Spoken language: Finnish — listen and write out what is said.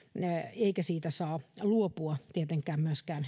eikä siitä saa luopua tietenkään myöskään